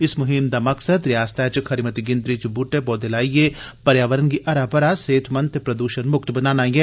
इस मुहिम दा मकसद रिआसतै च खरी मती गिनतरी च बूहटे पौधे लाइयै पर्यावरण गी हरा भरा सेहतमंद ते प्रदूशण मुक्त बनाना ऐ